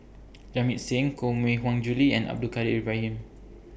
Jamit Singh Koh Mui Hiang Julie and Abdul Kadir Ibrahim